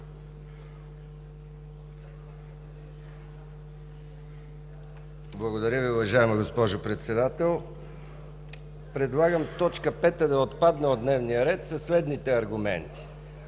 Благодаря Ви, уважаема госпожо Председател. Предлагам т. 5 да отпадне от програмата със следните аргументи.